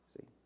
See